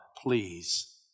please